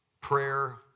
Prayer